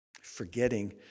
Forgetting